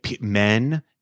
Men